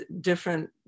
different